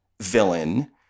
villain